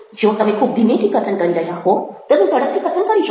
જો તમે ખૂબ ધીમેથી કથન કરી રહ્યા હો તમે ઝડપથી કથન કરી શકો